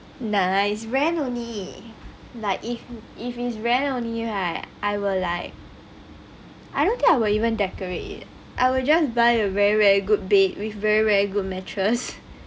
nice it's rent only like if if it's rent only right I will like I don't think I will even decorate it I will just buy a very very good bed with very very good mattress